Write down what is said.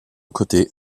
côté